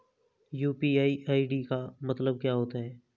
UPI ID का मतलब क्या होता है?